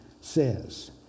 says